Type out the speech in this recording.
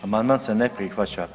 Amandman se ne prihvaća.